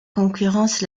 concurrence